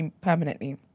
permanently